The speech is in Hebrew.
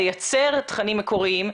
לייצר תכנים מקוריים.